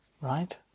Right